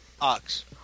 Ox